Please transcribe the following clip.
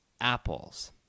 apples